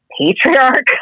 patriarch